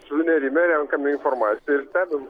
sunerimę renkame informaciją ir stebim